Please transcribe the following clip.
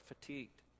fatigued